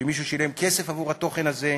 שמישהו שילם כסף עבור התוכן הזה.